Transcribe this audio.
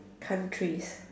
countries